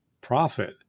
profit